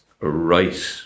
right